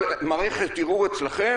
מערכת ערעור אצלכם?